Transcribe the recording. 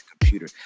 computer